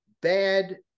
bad